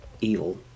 evil